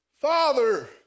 father